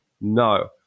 No